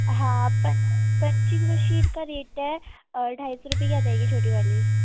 ہاں پن punching machine کا ریٹ ہے ڈھائی سو روپئے کی آ جائے گی چھوٹی والی